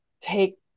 take